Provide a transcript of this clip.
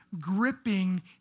gripping